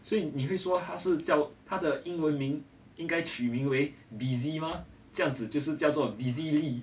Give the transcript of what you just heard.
所以你会说他是叫他的英文名应该取名为 busy mah 这样子就是叫做 busy lee